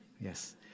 Yes